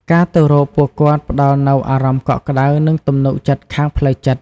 ការទៅរកពួកគាត់ផ្តល់នូវអារម្មណ៍កក់ក្តៅ និងទំនុកចិត្តខាងផ្លូវចិត្ត។